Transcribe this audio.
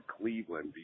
cleveland